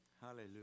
Hallelujah